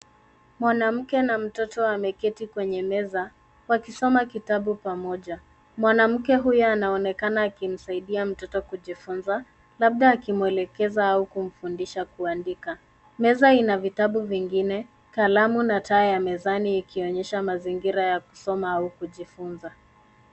Mwanamke na mtoto wameketi kwenye meza wakisoma kitabu pamoja. Mwanamke huyo anaonekana akimsaidia mtoto kujifunza, labda akimuelekeza au kumfundisha kuandika. Meza ina vitabu vingine, kalamu na taa ya mezani ikionyesha mazingira ya kusoma au kujifunza.